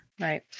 Right